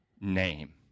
name